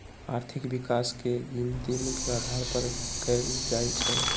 आर्थिक विकास के गिनती मुख्य अधार पर कएल जाइ छइ